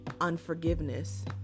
unforgiveness